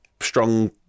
strong